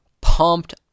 pumped